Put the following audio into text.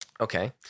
Okay